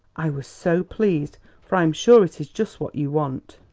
i was so pleased for i am sure it is just what you want.